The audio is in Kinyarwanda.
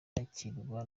yakirwa